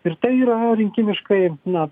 ir tai yra rinkimiškai na